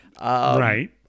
Right